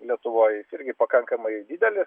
lietuvoj jis irgi pakankamai didelis